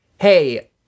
hey